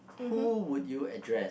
who would you address